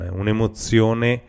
un'emozione